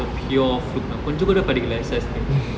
pure fluke lah கொஞம் கூட படிக்கல:konjam kooda padikkale S_S